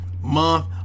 month